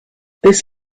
this